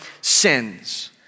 sins